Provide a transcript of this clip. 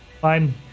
Fine